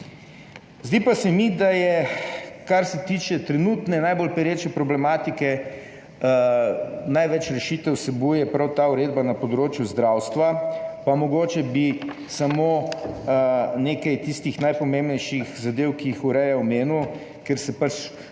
Zdi pa se mi, kar se tiče trenutne najbolj pereče problematike, da največ rešitev vsebuje prav ta uredba na področju zdravstva, pa bi mogoče omenil samo nekaj tistih najpomembnejših zadev, ki jih ureja, ker se pač